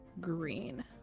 green